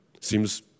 Seems